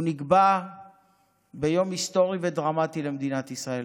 הוא נקבע ביום היסטורי ודרמטי למדינת ישראל,